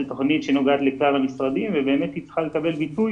זו תוכנית שנוגעת לכלל המשרדים ובאמת היא צריכה לקבל ביטוי,